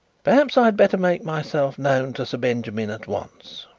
perhaps i had better make myself known to sir benjamin at once.